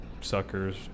suckers